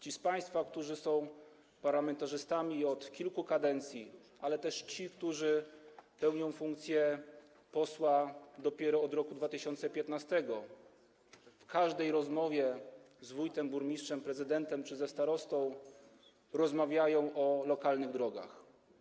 Ci z państwa, którzy są parlamentarzystami od kilku kadencji, ale też ci, którzy pełnią funkcję posła dopiero od roku 2015, w każdej rozmowie z wójtem, burmistrzem, prezydentem czy starostą rozmawiają o lokalnych drogach.